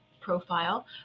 profile